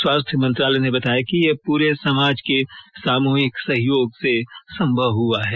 स्वास्थ्य मंत्रालय ने बताया कि यह पूरे समाज के सामूहिक सहयोग से संभव हुआ है